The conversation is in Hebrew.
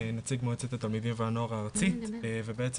נציג מועצת התלמידים והנוער הארצי ובעצם